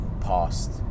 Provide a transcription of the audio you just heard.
past